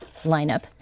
lineup